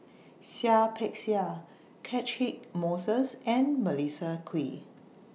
Seah Peck Seah Catchick Moses and Melissa Kwee